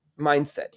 mindset